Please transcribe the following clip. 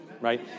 right